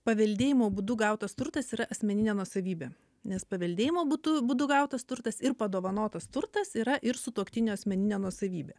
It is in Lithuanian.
paveldėjimo būdu gautas turtas yra asmeninė nuosavybė nes paveldėjimo būtu būdu gautas turtas ir padovanotas turtas yra ir sutuoktinio asmeninė nuosavybė